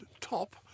top